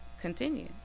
continue